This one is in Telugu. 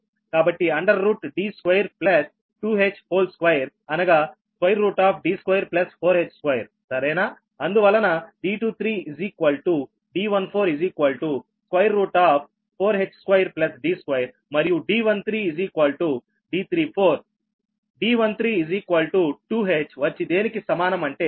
కాబట్టి under root d square plus 2 h whole square అనగా d24h2సరేనా అందువలన d23d14 4h2d2మరియు d13 d34 d13 2h వచ్చి దేనికి సమానం అంటే d24 2h అది d13 d24 2h